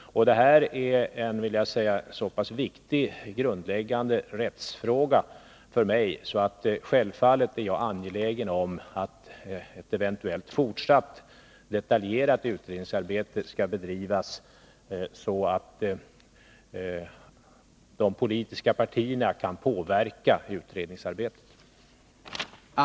För mig är detta en så pass viktig och grundläggande rättsfråga att jag självfallet är angelägen om att ett eventuellt fortsatt, detaljerat utredningsarbete skall bedrivas på ett sådant sätt att de politiska partierna kan påverka detta.